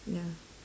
ya